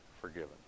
forgiven